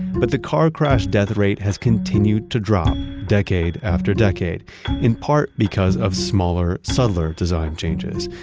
but the car crash death rate has continued to drop decade after decade in part because of smaller, subtler design changes.